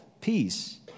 peace